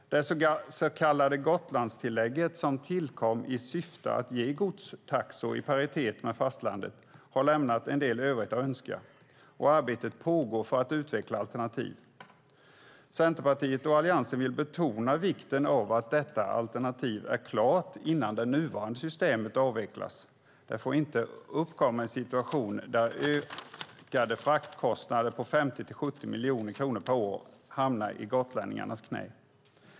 Det så kallade Gotlandstillägget, som tillkom i syfte att ge godstaxor i paritet med fastlandet, har lämnar en del övrigt att önska. Arbete pågår för att utveckla alternativ. Centerpartiet och Alliansen vill betona vikten av att detta alternativ är klart innan det nuvarande systemet avvecklas. Det får inte uppkomma en situation där ökade fraktkostnader på 50-70 miljoner per år hamnar i gotlänningarnas knä.